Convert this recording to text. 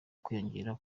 kwiyongera